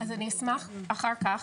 אז אני אשמח אחר כך,